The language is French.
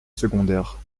secondaire